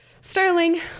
sterling